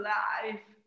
life